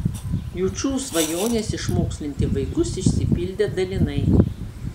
jučų svajonės išmokslinti vaikus išsipildė dalinai